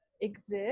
exist